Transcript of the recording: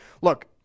Look